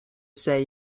say